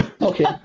Okay